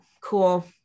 Cool